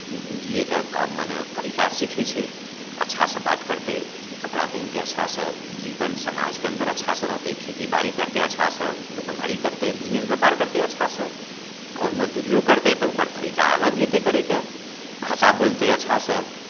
जियैके मने तरीका सीखै छै अच्छासँ बात करतै कपड़ा पहिरतै अच्छासँ जीवन समाजके अन्दर अच्छासँ रहतै खेतीबाड़ी करतै अच्छासँ दुकानदारी करतै बिजनेस व्यापार करतै अच्छासँ आओर मजदूरिओ करतै तऽ ओकर तरीका अलग हेतै करयके भाषा बोलतै अच्छासँ